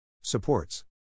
Supports